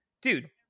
dude